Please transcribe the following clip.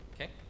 Okay